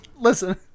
Listen